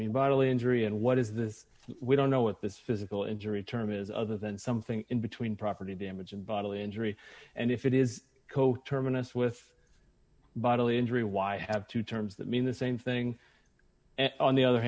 mean bottle injury and what is this we don't know what this physical injury term is other than something in between property damage and bodily injury and if it is coterminous with bodily injury why have two terms that mean the same thing and on the other